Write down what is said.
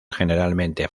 generalmente